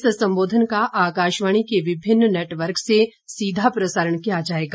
इस संबोधन का आकाशवाणी के विभिन्न नेटवर्क से सीधा प्रसारण किया जाएगा